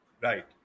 Right